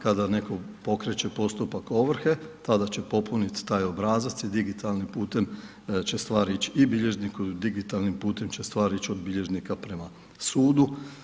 Kada netko pokreće postupak ovrhe, tada će popuniti taj obrazac i digitalnim putem će stvar ići i bilježniku i digitalnim putem će stvar ići od bilježnika prema sudu.